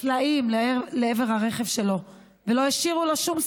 סלעים, לעבר הרכב שלו, ולא השאירו לו שום סיכוי.